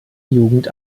jugend